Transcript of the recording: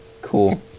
Cool